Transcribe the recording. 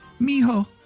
mijo